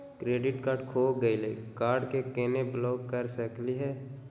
Credit card खो गैली, card क केना ब्लॉक कर सकली हे?